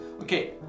okay